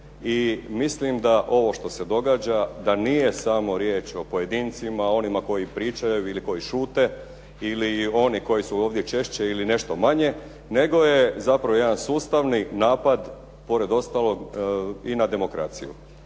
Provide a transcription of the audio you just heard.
i mislim da ovo što se događa da nije samo riječ o pojedincima, onima koji pričaju ili koji šute ili oni koji su ovdje češće ili nešto manje, nego je zapravo jedan sustavni napad pored ostalog i na demokraciju.